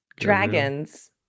Dragons